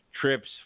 trips